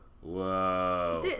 Whoa